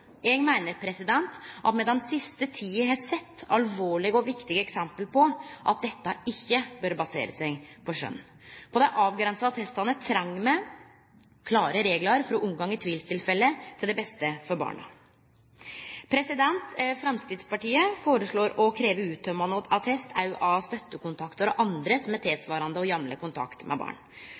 Eg meiner at me den siste tida har sett alvorlege og viktige eksempel på at dette ikkje bør basere seg på skjønn. På dei avgrensa attestane treng me klare reglar for å unngå tvilstilfelle, til beste for barna. Framstegspartiet foreslår å krevje uttømmande attest òg av støttekontaktar og andre som har tilsvarande og jamleg kontakt med barn.